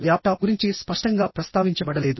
laptop గురించి స్పష్టంగా ప్రస్తావించబడలేదు